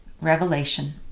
Revelation